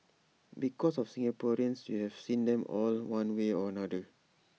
because of Singaporeans you have seen them all one way or another